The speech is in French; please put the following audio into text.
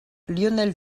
lionel